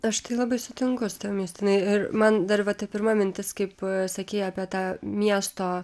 aš labai sutinku su tavim justinai ir man dar va ta pirma mintis kaip sakei apie tą miesto